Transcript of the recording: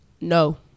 No